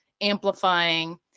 amplifying